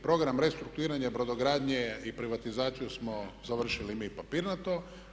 Program restrukturiranja i brodogradnje i privatizaciju smo završili mi papirnato.